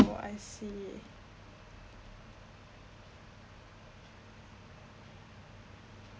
I see